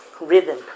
rhythm